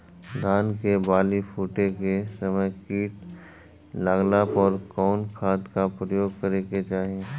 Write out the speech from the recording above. धान के बाली फूटे के समय कीट लागला पर कउन खाद क प्रयोग करे के चाही?